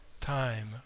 Time